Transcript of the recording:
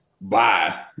Bye